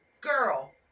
girl